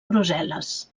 brussel·les